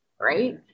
Right